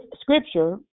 scripture